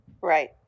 Right